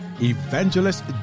Evangelist